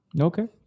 Okay